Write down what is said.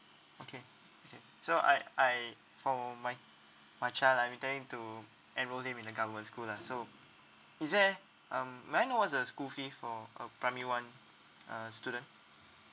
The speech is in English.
okay okay so I I for my my child I'm intending to enrol him in a government school lah so is there um may I know what's the school fee for a primary one uh student